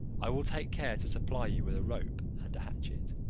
i will take care to supply you with a rope and a hatchet.